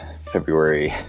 February